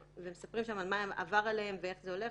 אני שומעת את תוכן הדברים ואני אעביר אותם לגורמים הרלוונטיים.